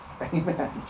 Amen